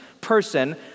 person